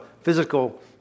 physical